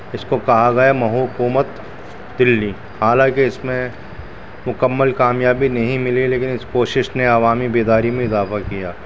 اس کو کہا گیا محوکومت دہلی حالانکہ اس میں مکمل کامیابی نہیں ملی لیکن اس کوشش نے عوامی بیداری میں اضافہ کیا